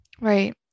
Right